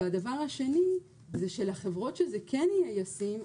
והדבר השני הוא שלחברות שזה כן יהיה ישים,